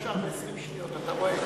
הכול אפשר ב-20 שניות, אתה רואה?